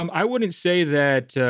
um i wouldn't say that.